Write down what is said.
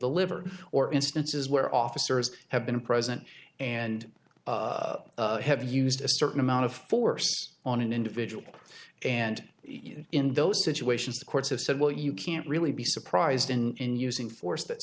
the liver or instances where officers have been present and have used a certain amount of force on an individual and in those situations the courts have said well you can't really be surprised in using force that